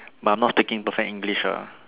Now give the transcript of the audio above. but I'm not speaking perfect English ah